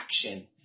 action